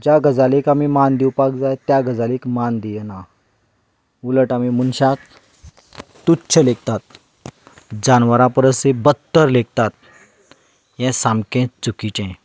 ज्या गजालेक आमीं मान दिवपाक जाय त्या गजालीक मान दिनात उलट आमीं मनशाक तुच्छ लेखतात जानवरां परस बत्तर लेखतात हें सामकें चुकीचें